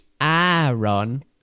Aaron